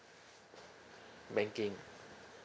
banking